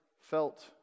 felt